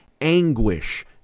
anguish